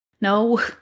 No